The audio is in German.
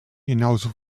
genauso